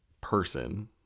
person